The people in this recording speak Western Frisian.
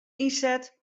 ynset